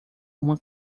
uma